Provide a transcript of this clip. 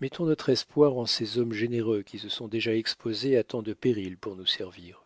mettons notre espoir en ces hommes généreux qui se sont déjà exposés à tant de périls pour nous servir